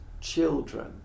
children